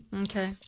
Okay